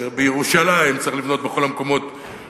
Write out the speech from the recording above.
שבירושלים צריך לבנות בכל המקומות,